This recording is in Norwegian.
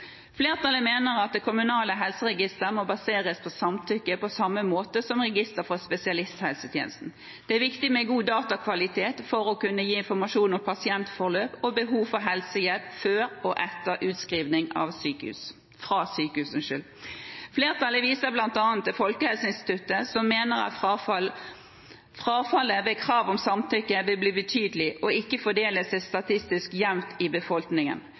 Flertallet mener at det kommunale helseregisteret må baseres på samtykke, på samme måte som registeret for spesialisthelsetjenesten. Det er viktig med god datakvalitet for å kunne gi informasjon om pasientforløp og behov for helsehjelp før og etter utskrivning fra sykehus. Flertallet viser bl.a. til Folkehelseinstituttet, som mener at frafallet ved krav om samtykke vil bli betydelig og ikke fordele seg statistisk jevnt i befolkningen.